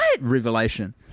revelation